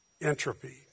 entropy